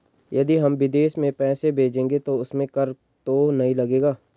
यदि हम विदेश में पैसे भेजेंगे तो उसमें कर तो नहीं लगेगा?